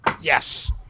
Yes